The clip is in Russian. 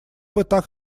так